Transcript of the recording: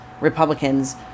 Republicans